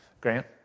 Grant